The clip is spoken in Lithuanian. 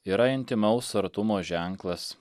yra intymaus artumo ženklas